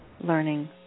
learning